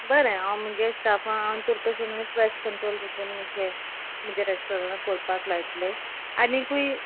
बरें हांव मुगे स्टाफां हांव तूं पयसो प्रेस कंट्रोल देकोन म्हणजे म्हुजे रेस्टोरंटाक कोरपाक लायतले आनिकूय